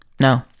No